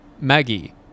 Maggie